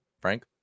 Frank